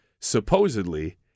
supposedly